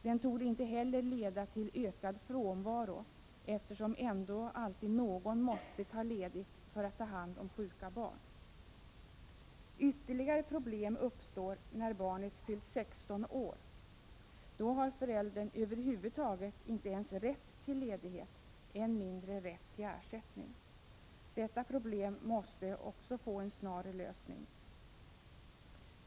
Den torde inte heller leda till ökad frånvaro, eftersom ändå alltid någon måste ta ledigt för att ta hand om sjuka barn. Ytterligare problem uppstår när barnet fyllt 16 år. Då har föräldern över huvud taget inte rätt till ledighet, än mindre rätt till ersättning. Detta 161 problem måste också få en snar lösning.